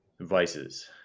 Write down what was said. vices